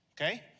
okay